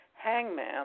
Hangman